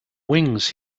wings